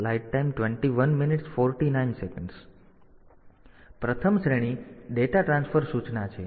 તેથી પ્રથમ શ્રેણી ડેટા ટ્રાન્સફર સૂચના છે